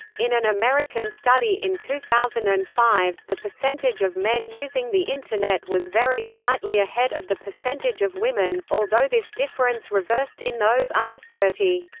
in an american study in two thousand and five, the percentage of men using the internet was very slightly ahead of the percentage of women, although this difference reversed in those under thirty.